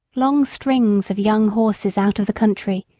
long strings of young horses out of the country,